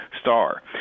star